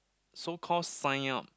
so call sign up